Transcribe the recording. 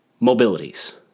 mobilities